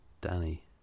Danny